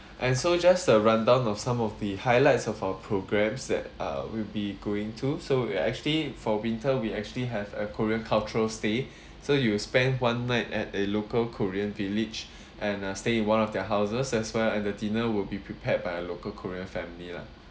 and so just a rundown of some of the highlights of our programmes that uh will be going to so actually for winter we actually have a korean cultural stay so you will spend one night at a local korean village and uh stay in one of their houses as well and the dinner will be prepared by a local korean family lah